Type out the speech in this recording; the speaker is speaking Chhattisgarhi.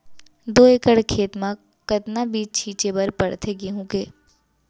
दो एकड़ खेत म कतना बीज छिंचे बर पड़थे गेहूँ के?